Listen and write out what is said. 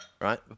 Right